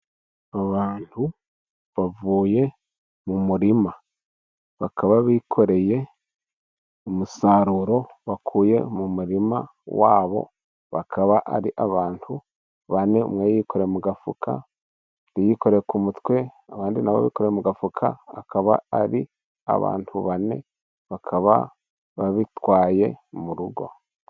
Abantu bavuye mu murima bakaba bikoreye umusaruro bakuye mu murima wabo, bakaba ari abantu bane umwe yikore mu gafuka ,undi yikore ku mutwe, abandi nabo bikoreye mugafuka, akaba ari abantu bane bakaba babitwaye mu rugo.